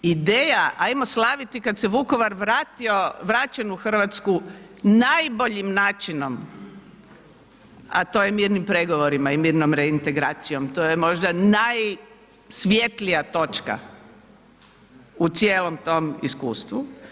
Ideja ajmo slaviti kada se Vukovar vratio, vraćen u Hrvatsku najboljim načinom a to je mirnim pregovorima i mirnom reintegracijom, to je možda najsvjetlija točka u cijelom tom iskustvu.